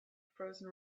frozen